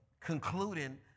concluding